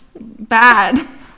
bad